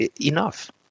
enough